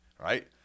right